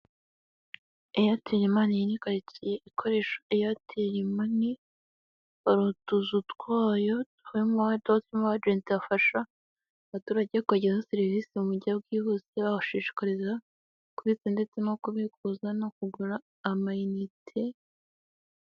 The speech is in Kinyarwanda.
Eyateli mani. Iyi ni karitsiye ikoresha eyateli mani, hari utuzu twayo tuba turimo abajenti bafasha abaturage kubagezaho serivisi mu buryo bwihuse, babashishikariza kubitsa ndetse no kubikuza no kugura amayinite.